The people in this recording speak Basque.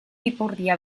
ipurdia